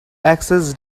access